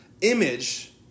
image